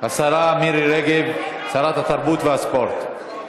מירי רגב, שרת התרבות והספורט.